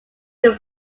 due